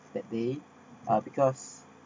that day uh because